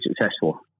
successful